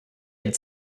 had